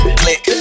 click